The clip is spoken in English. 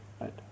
Right